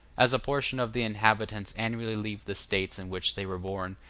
as a portion of the inhabitants annually leave the states in which they were born,